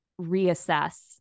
reassess